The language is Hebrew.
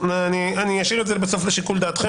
אני אשאיר את זה בסוף לשיקול דעתכם,